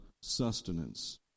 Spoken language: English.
sustenance